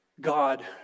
God